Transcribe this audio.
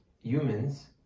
humans